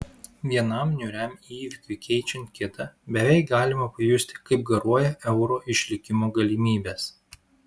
vienam niūriam įvykiui keičiant kitą beveik galima pajusti kaip garuoja euro išlikimo galimybės